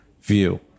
view